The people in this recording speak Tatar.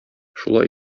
шулай